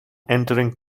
entering